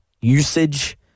usage